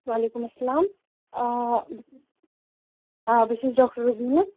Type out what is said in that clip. وعلیکُم السلام آ بہٕ چھَس ڈاکٹر رُبینا